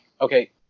okay